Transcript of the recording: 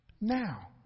now